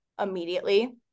immediately